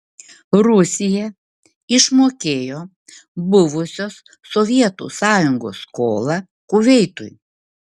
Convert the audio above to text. rusija išmokėjo buvusios sovietų sąjungos skolą kuveitui